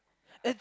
it's